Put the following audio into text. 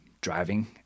driving